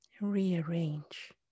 rearrange